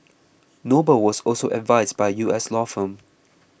noble was also advised by U S law firm